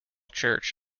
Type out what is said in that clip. church